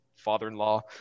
father-in-law